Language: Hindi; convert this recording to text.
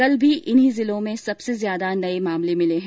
कल भी इन्हीं जिलों में सबसे ज्यादा नए मामले मिले हैं